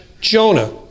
Jonah